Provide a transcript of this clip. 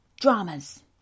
dramas